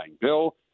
bill